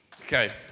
Okay